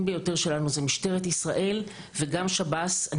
ביותר שלנו זה משטרת ישראל וגם שב"ס.